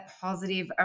positive